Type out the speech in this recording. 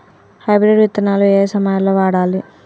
Hybrid విత్తనాలు ఏయే సమయాల్లో వాడాలి?